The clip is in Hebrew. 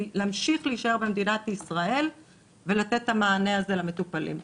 להמשיך ולהישאר במדינת ישראל ולתת את המענה הזה למטופלים.